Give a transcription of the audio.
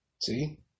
See